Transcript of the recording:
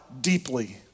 deeply